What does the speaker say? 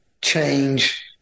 change